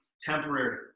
temporary